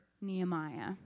Nehemiah